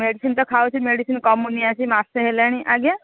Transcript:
medicine ତ ଖାଉଛି ମେଡ଼ିସିନ୍ରେ କମୁନି ଆସି ମାସେ ହେଲାଣି ଆଜ୍ଞା